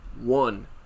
one